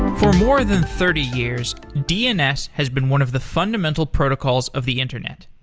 for more than thirty years, dns has been one of the fundamental protocols of the internet.